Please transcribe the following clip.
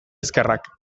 ezkerrak